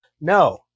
No